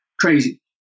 crazy